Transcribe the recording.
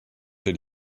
did